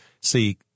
See